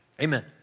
amen